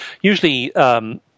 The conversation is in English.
usually